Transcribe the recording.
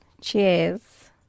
Cheers